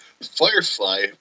Firefly